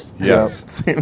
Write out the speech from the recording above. Yes